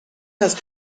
است